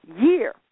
year